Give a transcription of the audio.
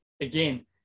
again